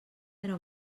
era